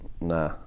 Nah